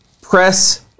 press